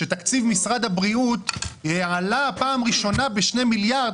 שתקציב משרד הבריאות עלה בפעם הראשונה ב-2 מיליארד,